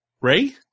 Ray